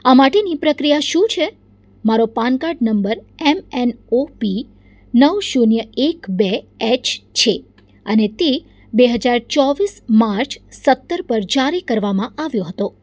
આ માટેની પ્રક્રિયા શું છે મારો PAN card number M N O P નવ શૂન્ય એક બે એચ છે અને તે બે હજાર ચોવીસ માર્ચ સત્તર પર જારી કરવામાં આવ્યો હતો